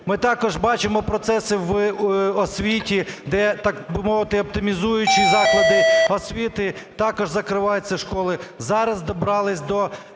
Ми також бачимо процеси в освіті, де, так би мовити, оптимізуючи заклади освіти, також закриваються школи, зараз добрались до